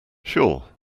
sure